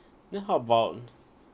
eh how about